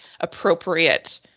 appropriate